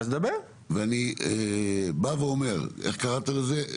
אני אומר, איך קראת לזה?